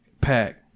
Pack